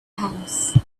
house